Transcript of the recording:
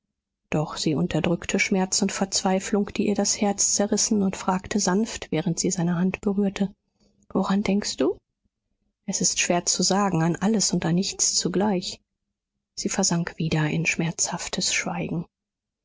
doch sie unterdrückte schmerz und verzweiflung die ihr das herz zerrissen und fragte sanft während sie seine hand berührte woran denkst du es ist schwer zu sagen an alles und an nichts zugleich sie versank wieder in schmerzhaftes schweigen